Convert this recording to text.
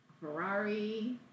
Ferrari